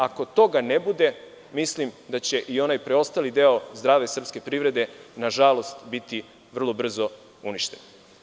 Ako toga ne bude, mislim da će i onaj preostali deo zdrave srpske privrede nažalost biti vrlo brzo uništen.